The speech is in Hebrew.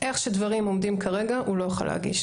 איך שדברים עומדים כרגע הוא לא יוכל להגיש,